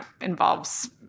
involves